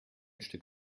stück